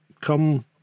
come